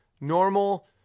normal